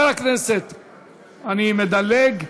אני מדלג,